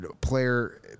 player